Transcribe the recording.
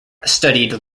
studied